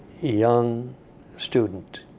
young student.